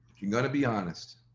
you're gonna be honest,